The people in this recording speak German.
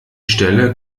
stelle